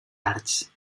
arts